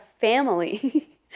family